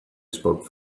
spoke